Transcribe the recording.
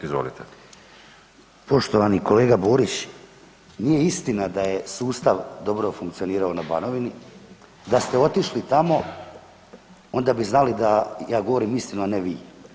Poštovani kolega Borić nije istina da je sustav dobro funkcionirao na Banovini, da ste otišli tamo onda bi znali da ja govorim istinu, a ne vi.